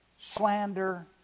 slander